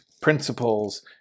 principles